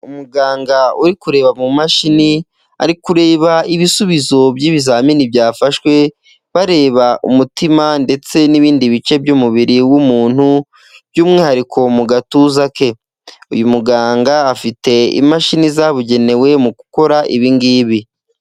Umuganga uri kureba mu mashini, ari kureba ibisubizo by'ibizamini byafashwe, bareba umutima ndetse n'ibindi bice by'umubiri w'umuntu, by'umwihariko mu gatuza ke, uyu muganga afite imashini zabugenewe mu gukora ibi ngibi.